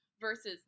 versus